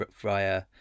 via